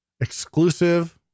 exclusive